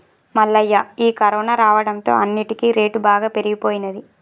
మల్లయ్య ఈ కరోనా రావడంతో అన్నిటికీ రేటు బాగా పెరిగిపోయినది